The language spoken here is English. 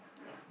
yeah